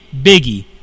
Biggie